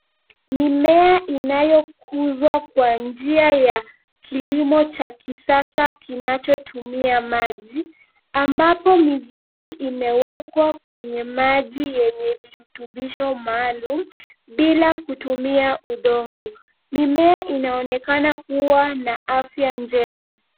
Mimea ianyokuzwa kwa njia ya kilimo cha kisasa kinachotumia maji ambapo mizizi imewekwa kwenye maji yenye virutubisho maalum, bila kutumia udongo mimea inaonekana kuwa na afya njema.